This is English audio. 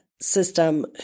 system